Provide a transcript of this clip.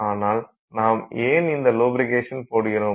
ஆனால் நாம் ஏன் இந்த லுப்பிரிக்கேஷன் போடுகிறோம்